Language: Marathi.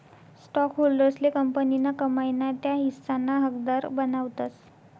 स्टॉकहोल्डर्सले कंपनीना कमाई ना त्या हिस्साना हकदार बनावतस